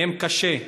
מהם קשה.